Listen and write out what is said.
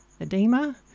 edema